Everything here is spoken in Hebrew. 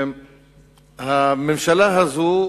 הממשלה הזו,